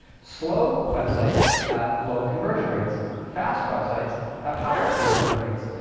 slow websites have low conversion rates. fast websites have higher conversion rates.